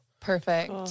Perfect